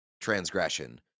transgression